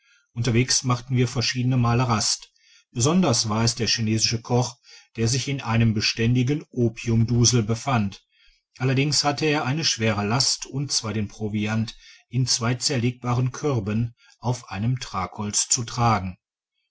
unterwegs machten wir verschiedene male rast besonders war es der chinesische koch der sich in einem beständigen opiumdusel befand allerdings hatte er eine schwere last und zwar den proviant in zwei zerlegbaren körben auf einem tragholz zu tragen